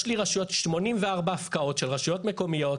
יש לי 84 הפקעות של רשויות מקומיות,